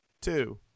two